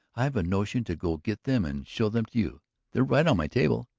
i've a notion to go get them and show them to you they're right on my table.